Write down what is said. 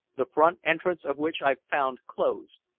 the front entrance of which i found closed.